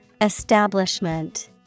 Establishment